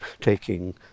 taking